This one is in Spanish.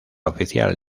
oficial